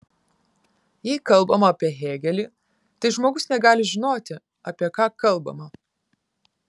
jei kalbama apie hėgelį tai žmogus negali žinoti apie ką kalbama